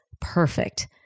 perfect